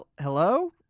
hello